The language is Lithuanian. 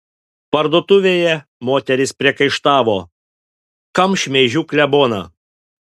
parduotuvėje moterys priekaištavo kam šmeižiu kleboną